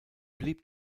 blieb